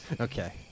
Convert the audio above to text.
Okay